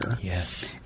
Yes